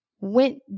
went